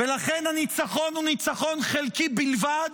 ולכן הניצחון הוא ניצחון חלקי בלבד,